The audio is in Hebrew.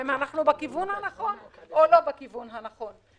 אם אנחנו בכיוון הנכון או לא בכיוון הנכון.